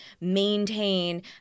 maintain